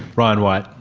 ryan white?